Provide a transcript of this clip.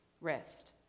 rest